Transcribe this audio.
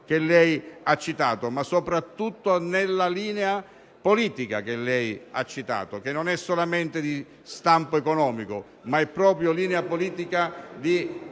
che lei ha citato, ma soprattutto continuiamo nella linea politica che lei ha citato, che non è solamente di stampo economico, ma è proprio linea politica